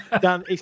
Dan